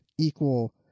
Equal